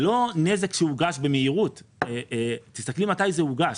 זה לא נזק שהוגש במהירות, תסתכלי מתי זה הוגש.